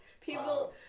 People